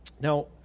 Now